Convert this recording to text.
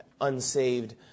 unsaved